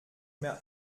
mehr